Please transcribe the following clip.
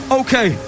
okay